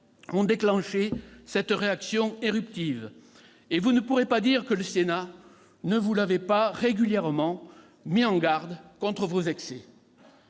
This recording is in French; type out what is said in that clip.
ont déclenché cette réaction éruptive. Vous ne pourrez pas dire que le Sénat ne vous avait pas régulièrement mis en garde contre vos excès